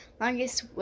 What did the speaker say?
longest